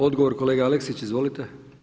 Odgovor kolega Aleksić izvolite.